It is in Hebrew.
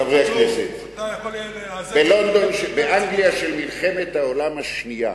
חברי הכנסת, באנגליה של מלחמת העולם השנייה